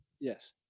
Yes